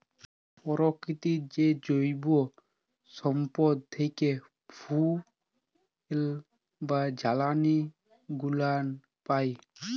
পরকিতির যে জৈব সম্পদ থ্যাকে ফুয়েল বা জালালী গুলান পাই